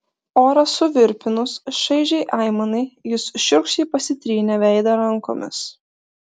orą suvirpinus šaižiai aimanai jis šiurkščiai pasitrynė veidą rankomis